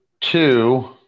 two